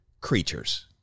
creatures